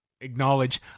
acknowledge